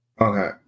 Okay